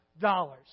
dollars